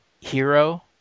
hero